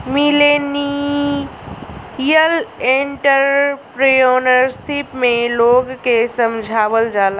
millennial entrepreneurship में लोग के समझावल जाला